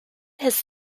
his